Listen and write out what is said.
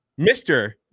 Mr